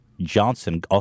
Johnson